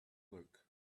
look